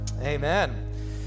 Amen